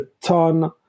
ton